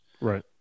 right